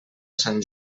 sant